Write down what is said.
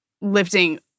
lifting